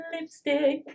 lipstick